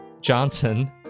Johnson